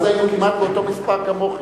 אז היינו כמעט באותו מספר כמוכם.